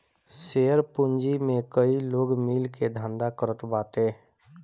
share पूंजी में कई लोग मिल के धंधा करत बाटे